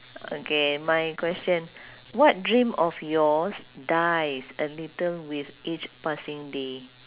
okay my question what dream of yours dies a little with each passing day